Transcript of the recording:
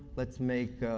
let's make